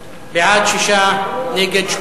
בעד, שמונה נגד.